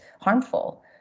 harmful